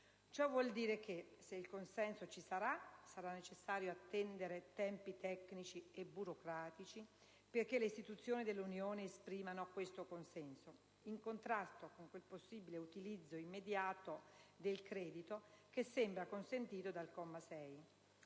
Ciò vuol dire che, se il consenso ci sarà, sarà necessario attendere i tempi tecnici e burocratici perché le istituzioni dell'Unione esprimano questo consenso, in contrasto con quel possibile utilizzo immediato del credito che sembra consentito dal comma 6.